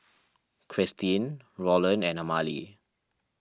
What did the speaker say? Kristyn Rolland and Amalie